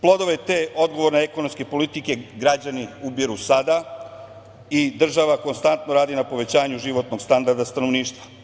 Plodove te odgovorne ekonomske politike građani ubiru sada i država konstantno radi na povećanju životnog standarda stanovništva.